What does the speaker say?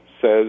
says